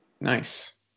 nice